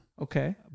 Okay